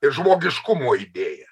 ir žmogiškumo idėja